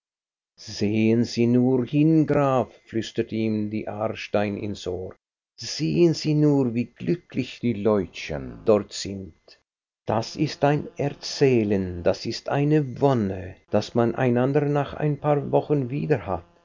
sehen sie nur hin graf flüsterte ihm die aarstein ins ohr sehen sie nur wie glücklich die leutchen dort sind das ist ein erzählen das ist eine wonne daß man einander nach ein paar wochen wieder hat